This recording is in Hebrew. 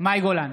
מאי גולן,